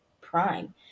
Prime